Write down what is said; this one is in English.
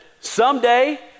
someday